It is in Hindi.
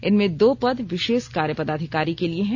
इनमें दो पद विशेष कार्य पदाधिकारी के लिए है